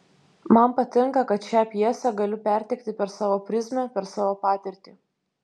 man patinka kad šią pjesę galiu perteikti per savo prizmę per savo patirtį